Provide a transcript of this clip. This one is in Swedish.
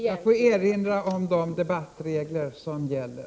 Jag får erinra om de debattregler som gäller.